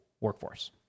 workforce